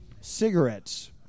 Cigarettes